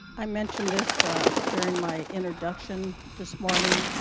i mentioned this during my introduction this morning.